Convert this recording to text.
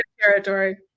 territory